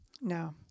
No